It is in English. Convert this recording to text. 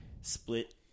split